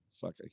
Fuck